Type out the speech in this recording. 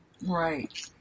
Right